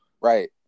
Right